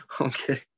Okay